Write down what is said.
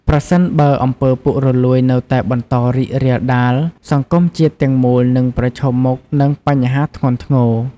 ប្រសិនបើអំពើពុករលួយនៅតែបន្តរីករាលដាល សង្គមជាតិទាំងមូលនឹងប្រឈមមុខនឹងបញ្ហាធ្ងន់ធ្ងរ។